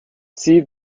see